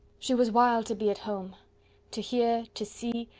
she was wild to be at home to hear, to see,